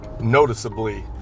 noticeably